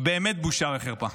באמת בושה וחרפה.